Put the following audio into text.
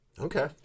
Okay